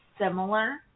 similar